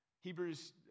Hebrews